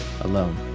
alone